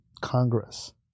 Congress